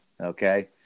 Okay